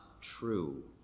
true